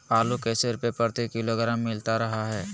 आलू कैसे रुपए प्रति किलोग्राम मिलता रहा है?